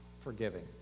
forgiving